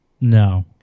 No